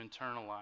internalize